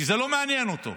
כי זה לא מעניין אותו.